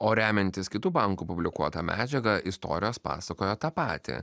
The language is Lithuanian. o remiantis kitų bankų publikuota medžiaga istorijos pasakojo tą patį